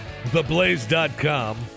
TheBlaze.com